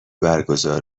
برگزار